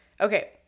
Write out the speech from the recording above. Okay